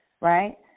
right